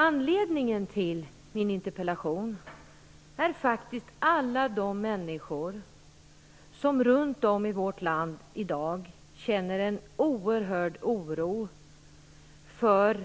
Anledningen till min interpellation är faktiskt alla de människor som runt om i vårt land i dag känner en oerhörd oro för